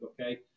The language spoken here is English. okay